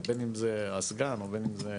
בין אם זה הסגן או בין אם זה